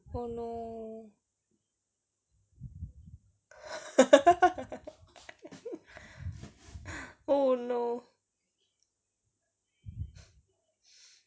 oh no oh no